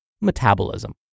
metabolism